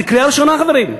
זאת קריאה ראשונה, חברים.